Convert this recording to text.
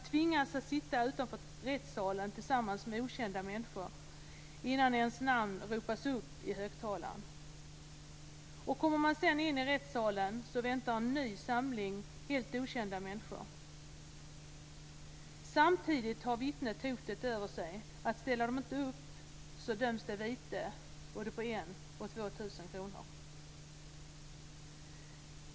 Man tvingas sitta utanför rättssalen tillsammans med okända människor innan ens namn ropas upp i högtalaren. När man sedan kommer in i rättssalen väntar en ny samling helt okända människor. Samtidigt har vittnet hotet över sig att om det inte ställer upp, kan det utdömas vite om 1 000 eller kanske 2 000 kronor.